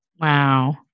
Wow